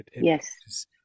Yes